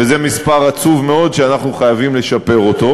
וזה מספר עצוב מאוד שאנחנו חייבים לשפר אותו.